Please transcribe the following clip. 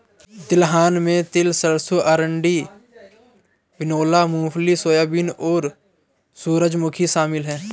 तिलहन में तिल सरसों अरंडी बिनौला मूँगफली सोयाबीन और सूरजमुखी शामिल है